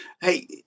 hey